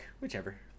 whichever